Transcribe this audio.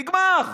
נגמר.